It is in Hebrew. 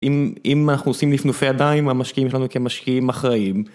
אם אנחנו עושים נפנופי ידיים המשקיעים שלנו כמשקיעים אחראים.